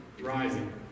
rising